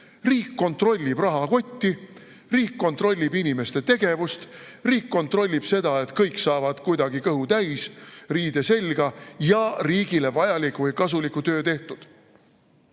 Riik kontrollib rahakotti, riik kontrollib inimeste tegevust, riik kontrollib seda, et kõik saavad kuidagi kõhu täis, riide selga ja riigile vajaliku või kasuliku töö tehtud.